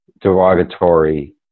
derogatory